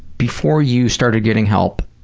before you started getting help,